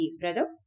brother